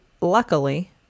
luckily